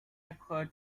occur